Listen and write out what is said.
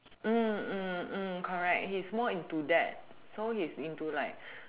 mm mm correct he's more into that so he's into like